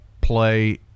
play